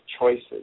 choices